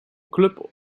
club